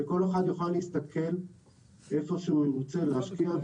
וכל אחד יוכל להסתכל איפה שהוא רוצה להשקיע,